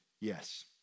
yes